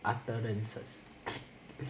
utterances